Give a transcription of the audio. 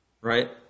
Right